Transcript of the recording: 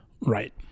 Right